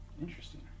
Interesting